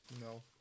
No